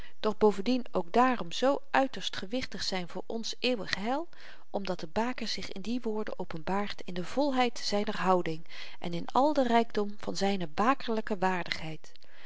doch bovendien ook dààrom zoo uiterst gewichtig zyn voor ons eeuwig heil omdat de baker zich in die woorden openbaart in de volheid zyner houding en in al den rykdom van zyne bakerlyke waardigheid